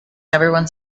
everyone